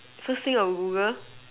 so same of Google